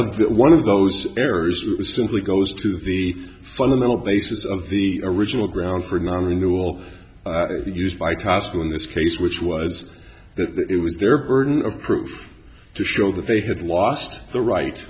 the one of those errors was simply goes to the fundamental basis of the original grounds for non renewal used by tasco in this case which was that it was their burden of proof to show that they had lost the right